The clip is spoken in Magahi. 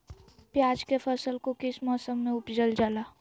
प्याज के फसल को किस मौसम में उपजल जाला?